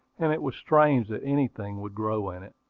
and it was strange that anything would grow in it.